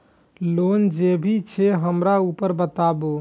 Loan जे भी छे हमरा ऊपर बताबू?